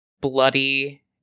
Bloody